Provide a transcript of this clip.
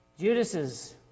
Judas's